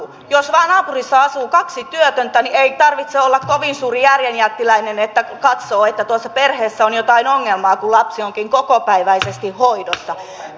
jos vain naapurissa asuu kaksi työtöntä niin ei tarvitse olla kovin suuri järjen jättiläinen että katsoo että tuossa perheessä on jotain ongelmaa kun lapsi onkin kokopäiväisesti hoidossa